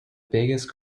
biggest